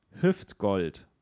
hüftgold